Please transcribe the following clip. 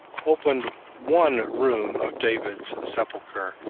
opened one room of david's sepulcher,